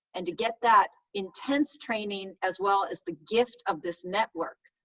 and to get that intense training as well as the gift of this network,